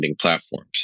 platforms